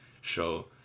show